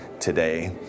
today